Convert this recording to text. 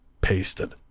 pasted